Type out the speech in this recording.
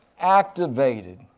activated